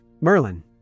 Merlin